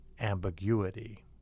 ambiguity